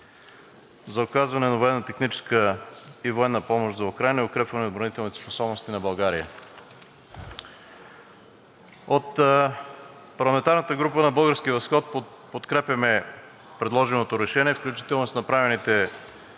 за оказване на военнотехническа и военна помощ за Украйна и укрепване на отбранителните способности на България. От парламентарната група на „Български възход“ подкрепяме предложеното решение, включително с направените